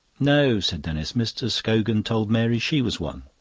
no, said denis. mr. scogan told mary she was one.